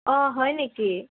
অঁ হয় নেকি